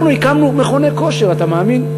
הקמנו מכוני כושר, אתה מאמין?